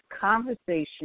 conversation